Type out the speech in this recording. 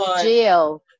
jail